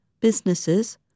businesses